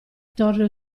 torre